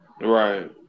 Right